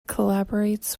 collaborates